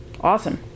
Awesome